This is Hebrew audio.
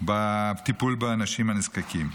בטיפול באנשים הנזקקים.